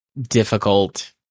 difficult